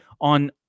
on